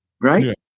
Right